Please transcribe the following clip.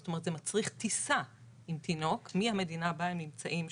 זה מצריך טיסה עם תינוק מהמדינה בה הם נמצאים,